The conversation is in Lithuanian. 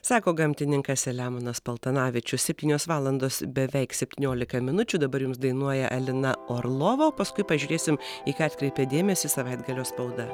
sako gamtininkas selemonas paltanavičius septynios valandos beveik septyniolika minučių dabar jums dainuoja alina orlova o paskui pažiūrėsim į ką atkreipia dėmesį savaitgalio spauda